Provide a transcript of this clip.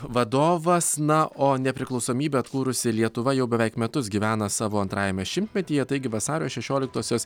vadovas na o nepriklausomybę atkūrusi lietuva jau beveik metus gyvena savo antrajame šimtmetyje taigi vasario šešioliktosios